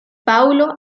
paulo